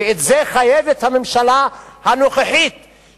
ואת זה חייבת הממשלה הנוכחית לתקן,